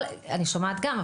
אני שומעת גם,